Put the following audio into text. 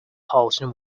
halting